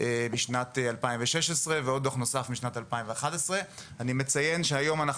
פורסם בשנת 2016 ויש עוד דוח נוסף משנת 2011. אני מציין שהיום אנחנו